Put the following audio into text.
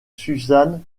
susan